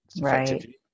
right